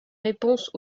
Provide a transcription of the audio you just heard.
réponses